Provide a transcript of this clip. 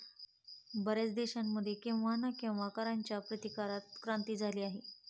बर्याच देशांमध्ये केव्हा ना केव्हा कराच्या प्रतिकारात क्रांती झाली आहे